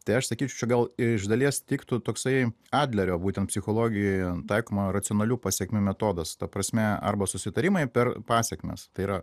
tai aš sakyčiau čia gal iš dalies tiktų toksai adlerio būtent psichologijoje taikoma racionalių pasekmių metodas ta prasme arba susitarimai per pasekmes tai yra